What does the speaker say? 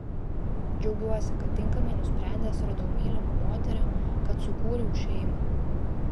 džiaugiuosi kad tinkamai nusprendęs radau mylimą moterį kad sukūriau šeimą